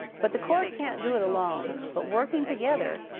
but the court can't do it alone. but working together,